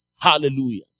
Hallelujah